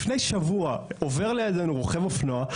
לפני שבוע עובר לידינו רוכב אופנוע,